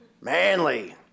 manly